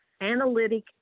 analytic